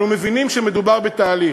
אנו מבינים שמדובר בתהליך.